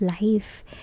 life